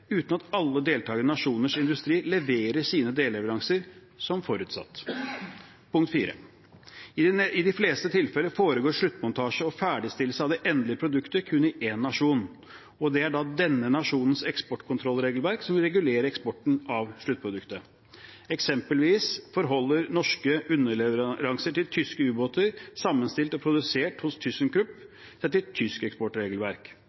uten at alle deltakerne i nasjonenes industri leverer sine delleveranser som forutsatt. Punkt 4: I de fleste tilfeller foregår sluttmontasje og ferdigstillelse av det endelige produktet i kun én nasjon. Det er da denne nasjonens eksportkontrollregelverk som regulerer eksporten av sluttproduktet. Eksempelvis forholder norske underleveranser til tyske ubåter som er sammenstilt og produsert hos ThyssenKrupp, seg til tysk eksportregelverk.